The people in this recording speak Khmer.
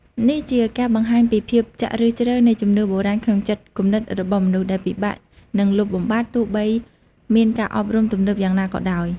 នេះជាការបង្ហាញពីភាពចាក់ឫសជ្រៅនៃជំនឿបុរាណក្នុងចិត្តគំនិតរបស់មនុស្ស ដែលពិបាកនឹងលុបបំបាត់ ទោះបីមានការអប់រំទំនើបយ៉ាងណាក៏ដោយ។